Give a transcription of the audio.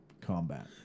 combat